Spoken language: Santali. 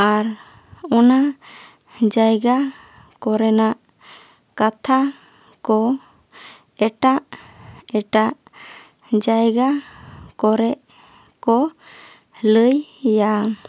ᱟᱨ ᱚᱱᱟ ᱡᱟᱭᱜᱟ ᱠᱚᱨᱮᱱᱟᱜ ᱠᱟᱛᱷᱟ ᱠᱚ ᱮᱴᱟᱜ ᱮᱴᱟᱜ ᱡᱟᱭᱜᱟ ᱠᱚᱨᱮ ᱠᱚ ᱞᱟᱹᱭᱟ